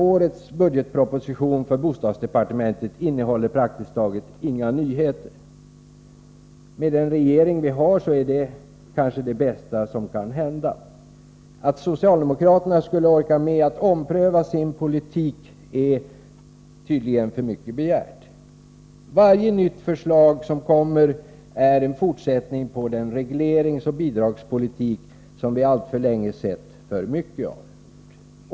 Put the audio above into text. Årets budgetproposition för bostadsdepartementet innehåller praktiskt taget inga nyheter. Med den regering vi har är detta kanske det bästa som kan hända. Att socialdemokraterna skulle orka med att ompröva sin politik är tydligen för mycket begärt. Varje nytt förslag som kommer är en fortsättning på den regleringsoch bidragspolitik som vi alltför länge sett för mycket av.